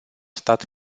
stat